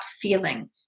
feeling